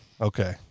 okay